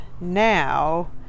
now